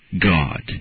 God